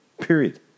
period